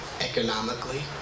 economically